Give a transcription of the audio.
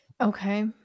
Okay